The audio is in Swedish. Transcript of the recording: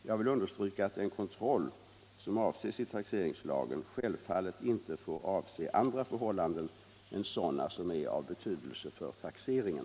Jag vill understryka att den kontroll som avses i taxeringslagen självfallet inte får omfatta andra förhållanden än sådana som är av betydelse för taxeringen.